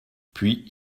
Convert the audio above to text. puis